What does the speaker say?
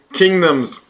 kingdoms